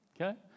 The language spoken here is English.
Okay